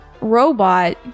Robot